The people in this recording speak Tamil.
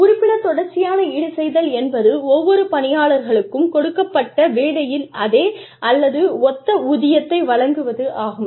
உறுப்பினர் தொடர்ச்சியான ஈடுசெய்தல் என்பது ஒவ்வொரு பணியாளருக்கும் கொடுக்கப்பட்ட வேலையில் அதே அல்லது ஒத்த ஊதியத்தை வழங்குவது ஆகும்